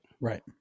Right